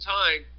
time